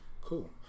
cool